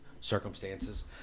circumstances